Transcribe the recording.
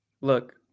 Look